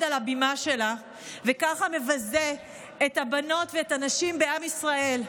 על הבימה שלה וככה מבזה את הבנות ואת הנשים בעם ישראל.